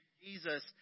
Jesus